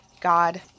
God